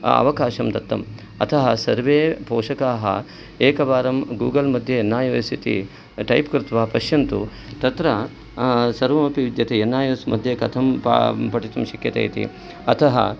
अवकाशं दत्तम् अतः सर्वे पोषकाः एकवारं गुगल् मद्ये एन् ऐ ओ एस् इति टैप् कृत्वा पश्यन्तु तत्र सर्वमपि विद्यते एन् ऐ ओ एस् मध्ये कथं पठितुं शक्यते इति अतः